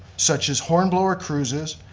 such as hornblower cruises,